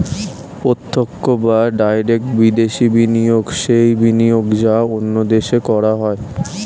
প্রত্যক্ষ বা ডাইরেক্ট বিদেশি বিনিয়োগ সেই বিনিয়োগ যা অন্য দেশে করা হয়